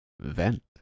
vent